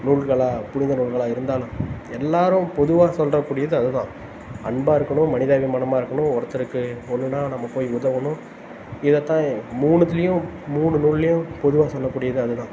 நூல்களாக புனித நூல்களாக இருந்தாலும் எல்லாரும் பொதுவாக சொல்லுற புனிதம் அது தான் அன்பாக இருக்கணும் மனிதாபிமானமாக இருக்கணும் ஒருத்தருக்கு ஒன்றுனா நம்ப போய் உதவுணும் இத தான் மூணுத்துலயும் மூணு நூல்ளுயும் பொதுவாக சொல்லக்கூடியது அது தான்